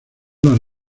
las